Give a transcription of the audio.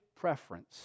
preference